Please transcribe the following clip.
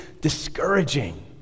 discouraging